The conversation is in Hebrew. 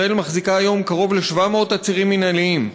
ישראל מחזיקה כיום קרוב ל-700 עצירים מינהליים.